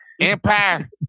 Empire